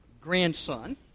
grandson